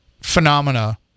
phenomena